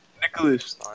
Nicholas